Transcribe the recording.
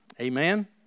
Amen